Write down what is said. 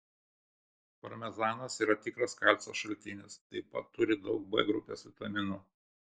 parmezanas yra tikras kalcio šaltinis taip pat turi daug b grupės vitaminų